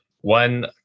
one